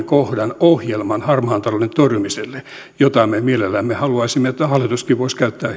kohdan ohjelman harmaan talouden torjumiselle ja me mielellämme haluaisimme että hallituskin voisi käyttää